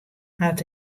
hat